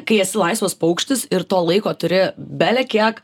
kai esi laisvas paukštis ir to laiko turi belekiek